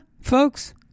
folks